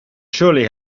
surely